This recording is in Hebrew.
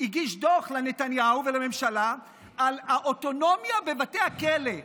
לנתניהו ולממשלה על האוטונומיה בבתי הכלא,